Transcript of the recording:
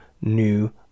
new